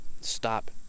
stop